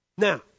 Now